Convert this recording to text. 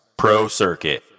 ProCircuit